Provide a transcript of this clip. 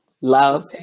Love